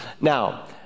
Now